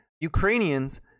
ukrainians